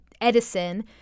Edison